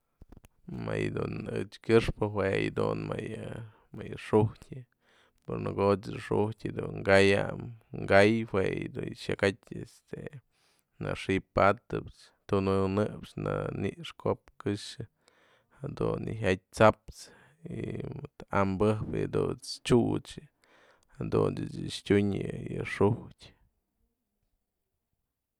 Më yë dun ech kë'ëxpë jue yë dun më yë xu'utë, në ko'o xu'utë dun kaya'anë kay jue yë du xyakatyë este nëxë'ëp patëp, tu'unëpëty ni'ix nk'oop këxë jadun yë jyat, tununëp ni'ix nk'oop këxë jadun yë jyat tsa'aps y mëdë ambëjpë jëdunt's t'siuch jadunt's ech yë tyuyn yë xu'utë